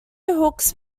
hooks